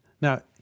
Now